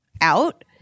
out